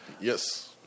Yes